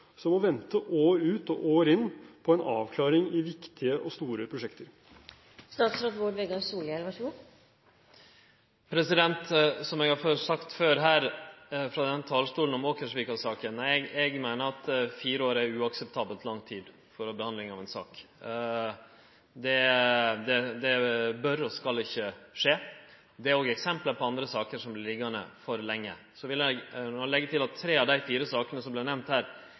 må vente år ut og år inn på en avklaring i viktige og store prosjekter. Som eg har sagt før her frå denne talarstolen om Åkervika-saka, meiner eg at fire år er uakseptabelt lang tid for behandling av ei sak. Det bør og skal ikkje skje. Det er òg eksempel på andre saker som vert liggjande altfor lenge. Eg vil leggje til at tre av dei fire sakene som vart nemnde her,